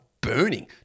burning